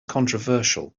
controversial